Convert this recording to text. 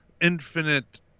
infinite